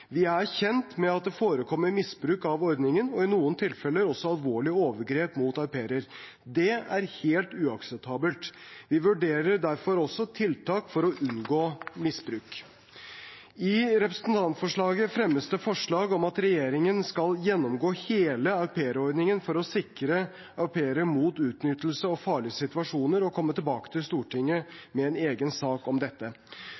Vi er kjent med at det forekommer misbruk av ordningen og i noen tilfeller også alvorlige overgrep mot au pairer. Det er helt uakseptabelt. Vi vurderer derfor også tiltak for å unngå misbruk. I representantforslaget fremmes det forslag om at regjeringen skal gjennomgå hele aupairordningen for å sikre au pairer mot utnyttelse og farlige situasjoner, og komme tilbake til